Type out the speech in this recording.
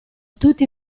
tutti